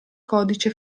codice